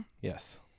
Yes